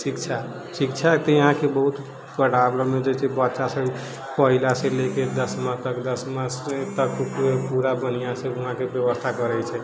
शिक्षा शिक्षाके यहाँके बहुत जे छै बच्चा सब पहिलासँ लेके दसमा तक दसमासँ पूरा बढ़िआँसँ वहाँके व्यवस्था करै छै